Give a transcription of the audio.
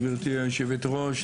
גברתי היושבת-ראש,